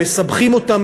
מסבכים אותם,